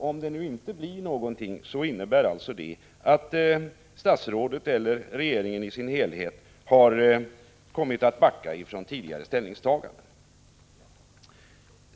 Om det inte blir någon, så innebär det att statsrådet eller regeringen i dess helhet har kommit att avvika från tidigare ställningstagande.